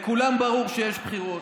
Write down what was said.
לכולם ברור שיש בחירות,